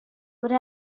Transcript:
would